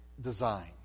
design